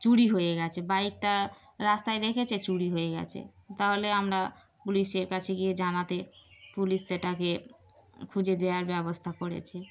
চুরি হয়ে গিয়েছে বাইকটা রাস্তায় রেখেছে চুরি হয়ে গিয়েছে তাহলে আমরা পুলিশের কাছে গিয়ে জানাতে পুলিশ সেটাকে খুঁজে দেওয়ার ব্যবস্থা করেছে